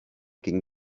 gegen